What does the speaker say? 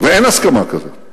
ואין הסכמה כזאת.